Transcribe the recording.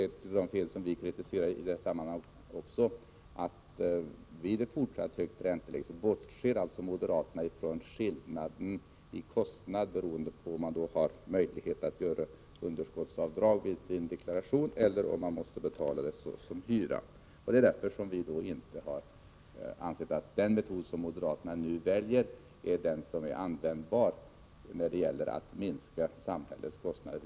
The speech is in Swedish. Ett annat fel vi kritiserar moderaterna för i det här sammanhanget är att de bortser från skillnaderna i kostnad -— vid ett fortsatt högt ränteläge— beroende på om man har möjlighet att göra underskottsavdrag i sin deklaration eller om man måste betala kostnaden över hyran. Det är därför vi inte har ansett att den metod som moderaterna nu väljer är användbar när det gäller att minska samhällets kostnader.